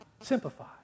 simplify